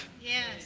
Yes